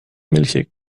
milchig